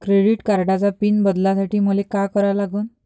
Credit कार्डाचा pin बदलासाठी मले का करा लागन?